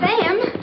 Sam